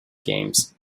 games